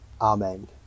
Amen